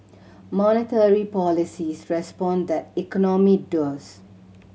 monetary policies respond tat economy does